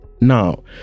Now